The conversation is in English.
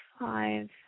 five